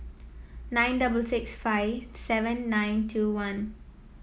nine double six five seven nine two one